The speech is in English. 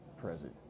present